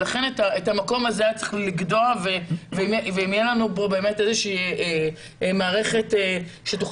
לכן את המקום הזה צריך לגדוע ואם תהיה לנו כאן איזושהי מערכת שתוכל